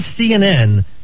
CNN